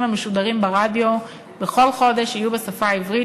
המשודרים ברדיו בכל חודש יהיו בשפה העברית,